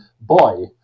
boy